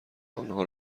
آنها